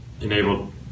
enabled